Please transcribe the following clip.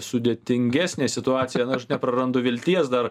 sudėtingesnė situacija na aš neprarandu vilties dar